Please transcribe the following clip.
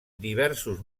diversos